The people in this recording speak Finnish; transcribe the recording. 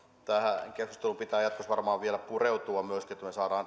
tähän keskusteluun pitää jatkossa varmaan vielä pureutua myöskin että me saamme